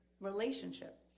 relationship